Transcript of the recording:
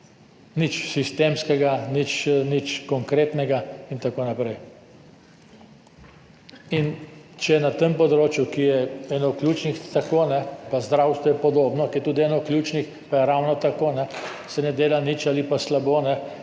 nič sistemskega, nič konkretnega in tako naprej. In če je na tem področju, ki je eno ključnih, tako – pa v zdravstvu je podobno, ki je tudi eno ključnih, pa se ravno tako ne dela nič ali pa slabo –